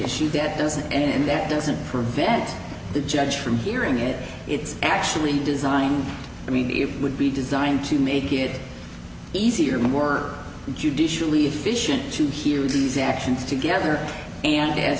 issue debt doesn't and that doesn't prevent the judge from hearing it it's actually design i mean eve would be designed to make it easier more judicially efficient to hear these actions together and as